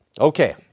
okay